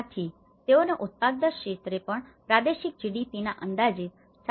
આથી તેઓને ઉત્પાદક ક્ષેત્રે પણ પ્રાદેશિક જીડીપીના અંદાજિત ૪